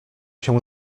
się